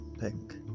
pink